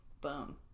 Boom